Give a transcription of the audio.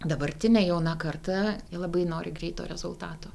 dabartinė jauna karta ji labai nori greito rezultato